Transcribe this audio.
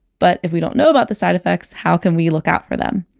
but if we don't know about the side effects, how can we look out for them?